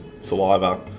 saliva